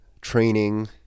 training